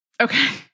Okay